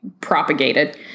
propagated